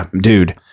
dude